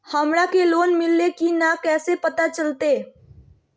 हमरा के लोन मिल्ले की न कैसे पता चलते?